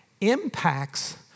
impacts